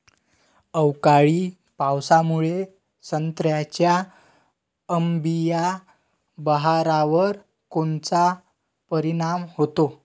अवकाळी पावसामुळे संत्र्याच्या अंबीया बहारावर कोनचा परिणाम होतो?